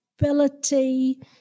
ability